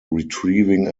retrieving